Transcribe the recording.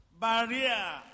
barrier